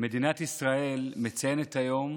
מדינת ישראל מציינת היום